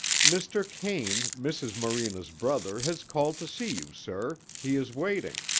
mr. kane, mrs. morena's brother, has called to see you, sir. he is waiting.